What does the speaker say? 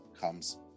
comes